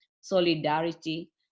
solidarity